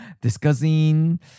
discussing